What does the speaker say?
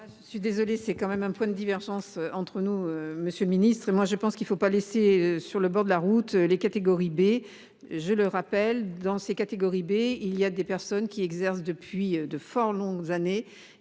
Je suis désolé, c'est quand même un point de divergence entre nous. Monsieur le ministre, et moi je pense qu'il ne faut pas laisser sur le bord de la route les catégories B, je le rappelle dans ces catégories B il y a des personnes qui exercent depuis de fort longues années,